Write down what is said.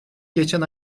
geçen